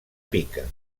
pica